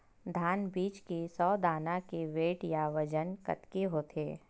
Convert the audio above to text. धान बीज के सौ दाना के वेट या बजन कतके होथे?